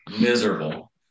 Miserable